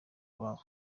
iwabo